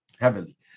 heavily